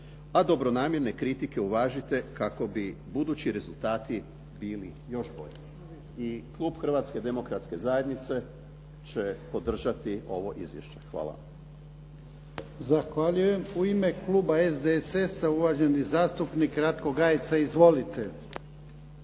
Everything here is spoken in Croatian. a dobronamjerne kritike uvažite kako bi budući rezultati bili još bolji i klub Hrvatske demokratske zajednice će podržati ovo izvješće. Hvala.